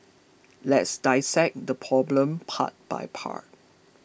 let's dissect this problem part by part